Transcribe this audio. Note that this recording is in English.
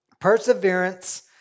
perseverance